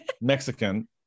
Mexican